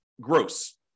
gross